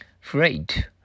Freight